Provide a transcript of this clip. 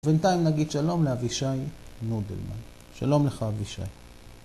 ובינתיים נגיד שלום לאבישי נודלמן שלום לך אבישי